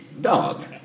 dog